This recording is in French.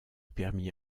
permit